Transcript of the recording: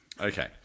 Okay